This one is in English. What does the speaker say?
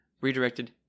redirected